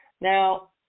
Now